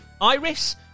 Iris